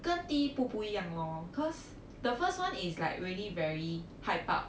跟第一部不一样 lor the first one is like really very hype up